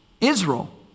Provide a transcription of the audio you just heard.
Israel